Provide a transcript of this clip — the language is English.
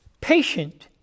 Patient